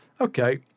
okay